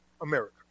America